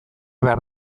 behar